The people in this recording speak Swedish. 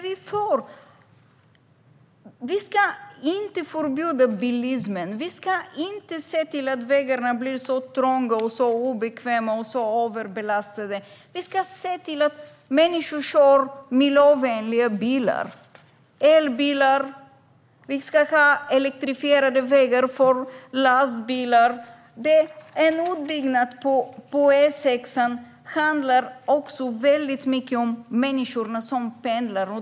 Vi ska inte förbjuda bilismen eller se till att vägarna blir trånga, obekväma och överbelastade. I stället ska vi se till att människor kör miljövänliga bilar och elbilar. Vi ska ha elektrifierade vägar för lastbilar. En utbyggnad av E6:an handlar också mycket om de människor som pendlar.